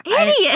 Idiot